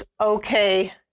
okay